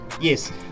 Yes